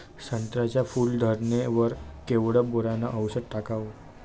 संत्र्याच्या फूल धरणे वर केवढं बोरोंन औषध टाकावं?